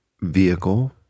vehicle